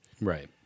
Right